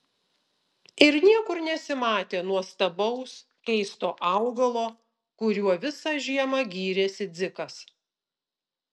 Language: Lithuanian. ir niekur nesimatė nuostabaus keisto augalo kuriuo visą žiemą gyrėsi dzikas